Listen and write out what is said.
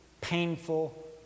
painful